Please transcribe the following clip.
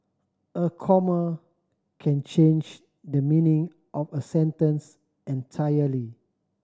a comma can change the meaning of a sentence entirely